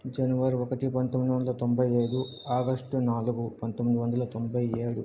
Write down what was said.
జనవరి ఒకటి పంతొమ్మిది వందల తొంభై ఐదు ఆగస్ట్ నాలుగు పంతొమ్మిది వందల తొంభై ఏడు